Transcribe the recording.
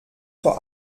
vor